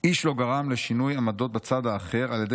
"איש לא גרם לשינוי עמדות בצד האחר על ידי